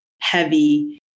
heavy